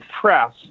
press